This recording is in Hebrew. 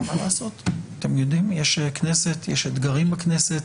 מה לעשות, אתם יודעים, יש כנסת, יש אתגרים בכנסת.